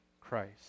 Christ